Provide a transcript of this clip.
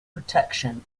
protection